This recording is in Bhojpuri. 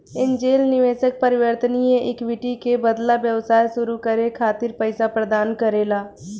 एंजेल निवेशक परिवर्तनीय इक्विटी के बदला व्यवसाय सुरू करे खातिर पईसा प्रदान करेला